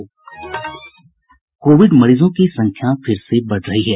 Covid मरीजों की संख्या फिर से बढ़ रही है